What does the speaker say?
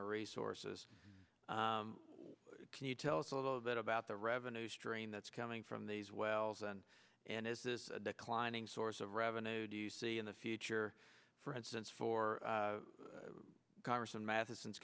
their resources can you tell us a little bit about the revenue stream that's coming from these wells and and is this a declining source of revenue do you see in the future for instance for congress and matheson's